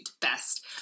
best